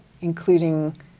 including